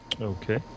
Okay